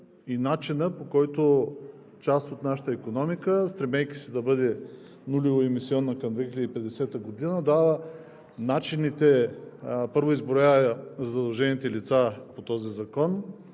и начина, по които част от нашата икономика, стремейки се да бъде нулевоемисионна към 2050 г., дава начините. Първо изброява задължените лица по този закон,